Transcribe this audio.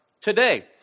today